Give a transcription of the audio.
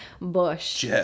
Bush